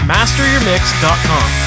MasterYourMix.com